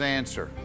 answer